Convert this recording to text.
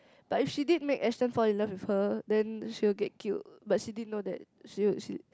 but if she did make Ashton fall in love with her then she will get killed but she didn't know that she she